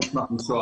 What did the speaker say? בבקשה.